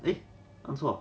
eh 按错